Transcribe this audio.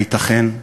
הייתכן?